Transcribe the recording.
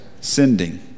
sending